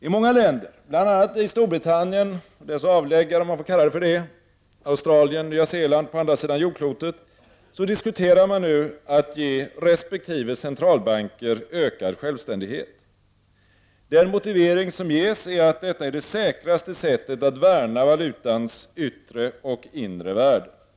I många länder, bl.a. i Storbritannien och dess avläggare — om jag får använda det uttrycket — på andra sidan jordklotet, Australien och Nya Zeeland, diskuterar man nu om man skall ge resp. centralbank ökad självständighet. Den motivering som anförs är att detta är det säkraste sättet att värna valutans yttre och inre värde.